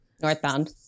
northbound